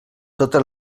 totes